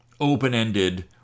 open-ended